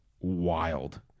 wild